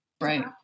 Right